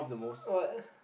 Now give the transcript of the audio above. what